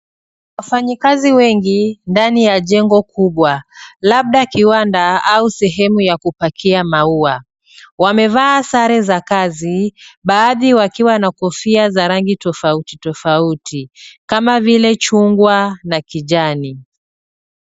Wafanyikazi wengi ndani ya jengo kubwa, labda kiwanda au sehemu ya kupakia maua. Wamevaa sare za kazi baadhi wakiwa na kofia za rangi tofauti tofauti kama vile chungwa na kijani.